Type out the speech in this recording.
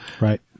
Right